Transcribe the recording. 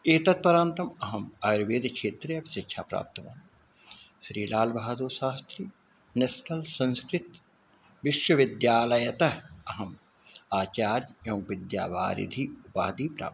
एतत् परन्तम् अहम् आयुर्वेदिकक्षेत्रे शिक्षा प्राप्तवान् स्रीलालबाहादूरशास्त्री निस्तल संस्कृतविश्वविद्यालयतः अहम् आचार्य एवं विद्यावारिधिम् उपाधिं प्राप्तवान्